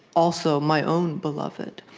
also my own beloved.